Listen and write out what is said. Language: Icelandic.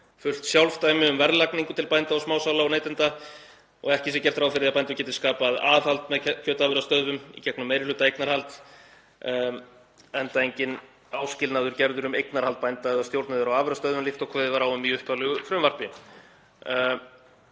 fullt sjálfdæmi um verðlagningu til bænda og smásala og neytenda og ekki sé gert ráð fyrir að bændur geti skapað aðhald með kjötafurðastöðvum í gegnum meirihlutaeignarhald, enda enginn áskilnaður gerður um eignarhald bænda eða stjórnun þeirra á afurðastöðvum líkt og kveðið var á um í upphaflegu frumvarpi.